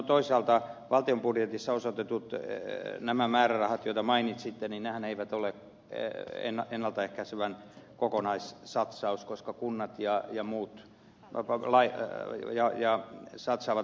toisaalta ne valtion budjetissa osoitetut määrärahat jotka mainitsitte eivät ole ennalta ehkäisevän kokonaissatsaus koska kunnat ja muut satsaavat